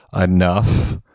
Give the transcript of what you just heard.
enough